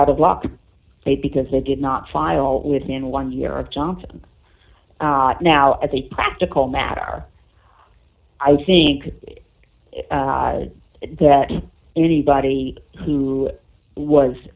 out of luck because they did not file within one year of johnson now as a practical matter i think that anybody who was